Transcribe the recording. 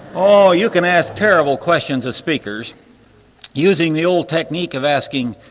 oh you can ask terrible questions of speakers using the old technique of asking,